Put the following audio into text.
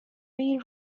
این